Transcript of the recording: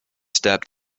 step